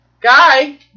Guy